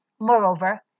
Moreover